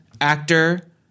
actor